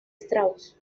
strauss